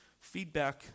feedback